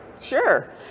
sure